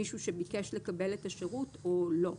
מישהו שביקש לקבל את השירות או לא.